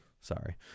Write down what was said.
Sorry